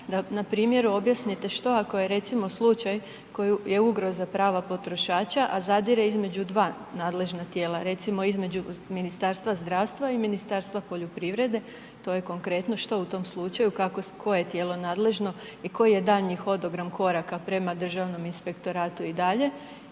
na primjeru objasnite što ako je recimo slučaj koji je ugroza prava potrošača, a zadire između 2 nadležna tijela, recimo između Ministarstva zdravstva i Ministarstva poljoprivrede, to je konkretno. Što u tom slučaju kako, koje je tijelo nadležno i koji je daljnji hodogram koraka prema Državnom inspektoratu i dalje?